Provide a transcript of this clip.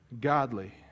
godly